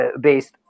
based